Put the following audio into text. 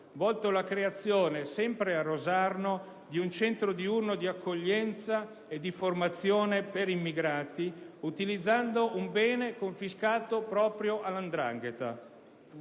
volto alla creazione, sempre a Rosarno, di un centro diurno di accoglienza e di formazione per immigrati, utilizzando un bene confiscato proprio alla 'ndrangheta.